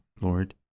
Lord